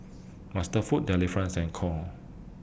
MasterFoods Delifrance and Knorr